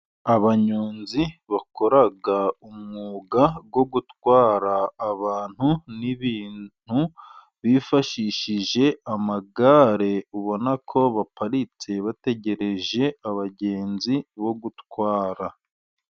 Abanyonzi bakora umwuga wo gutwara abantu n'ibintu bifashishije amagare ,ubona ko baparitse bategereje abagenzi bo gutwara.